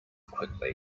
quickly